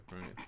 right